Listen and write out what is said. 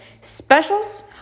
specials